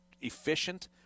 efficient